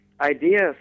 ideas